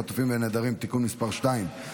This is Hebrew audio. חטופים ונעדרים (תיקון מס' 2),